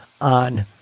on